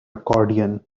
accordion